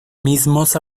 mismos